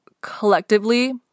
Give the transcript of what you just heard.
collectively